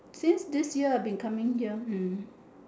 since this year I've been coming here hmm